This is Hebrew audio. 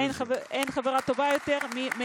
קווין: לישראל אין חברה טובה יותר מארצות הברית,